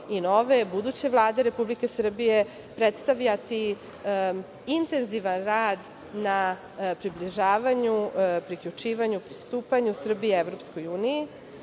nove buduće Vlade Republike Srbije predstavljati intenzivan rad na približavanju, priključivanju, pristupanju Srbije EU, kao i